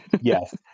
Yes